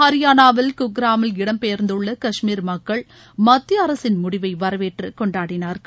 ஹரியானாவில் குர்கிராமில் இடம் பெயர்ந்துள்ள கஷ்மீர் மக்கள் மத்திய அரசின் முடிவை வரவேற்று கொண்டாடினார்கள்